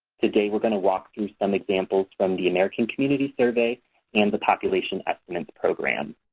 today we're going to walk through some examples from the american community survey and the population estimates program.